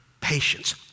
patience